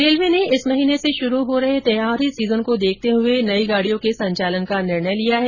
railway ने इस माह से शुरू हो रहे त्योहारी सीजन को देखते हुए नई गाड़ियों के संचालन का निर्णय लिया है